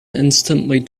insistently